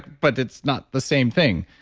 but it's not the same thing.